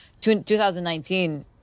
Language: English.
2019